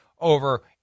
over